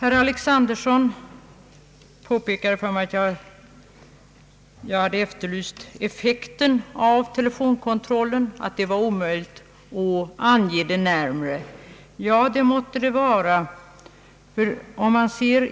Jag hade efterlyst effekten av telefonkontrollen, och herr Alexanderson påpekade att det var omöjligt att ange den närmare. Ja, det måtte det vara.